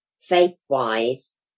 faith-wise